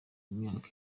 myaka